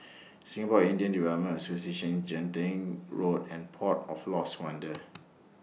Singapore Indian Development Association Genting Road and Port of Lost Wonder